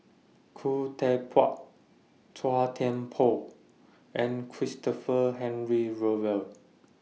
Khoo Teck Puat Chua Thian Poh and Christopher Henry Rothwell